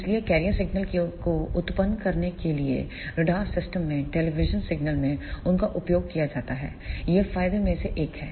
इसलिए carrier signal को उत्पन्न करने के लिए रडार सिस्टम में टेलीविज़न सिग्नल में उनका उपयोग किया जाता हैयह फायदे में से एक है